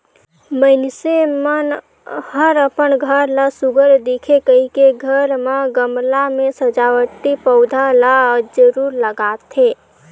मइनसे मन हर अपन घर ला सुग्घर दिखे कहिके घर म गमला में सजावटी पउधा ल जरूर लगाथे